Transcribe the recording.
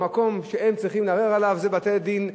והמקום שהם צריכים לערער אליו זה בתי-הדין לעבודה,